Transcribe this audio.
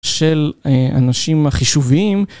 של אנשים החישוביים.